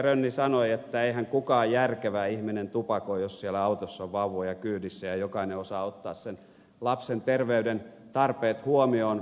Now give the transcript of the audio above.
rönni sanoi että eihän kukaan järkevä ihminen tupakoi jos siellä autossa on vauvoja kyydissä ja jokainen osaa ottaa sen lapsen terveyden tarpeet huomioon